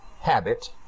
habit